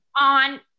on